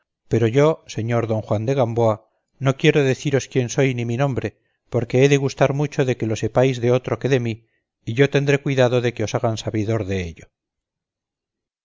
pero yo señor don juan de gamboa no quiero deciros quién soy ni mi nombre porque he de gustar mucho de que lo sepáis de otro que de mí y yo tendré cuidado de que os hagan sabidor dello